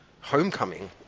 Homecoming